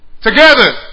Together